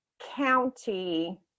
county